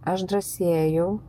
aš drąsėju